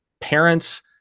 parents